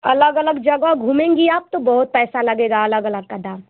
अलग अलग जगह घूमेंगी आप तो बहुत पैसा लगेगा अलग अलग का दाम